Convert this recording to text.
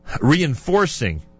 reinforcing